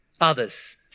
others